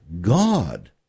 God